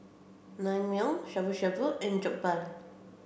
Naengmyeon Shabu shabu and Jokbal